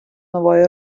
нової